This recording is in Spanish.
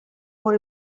por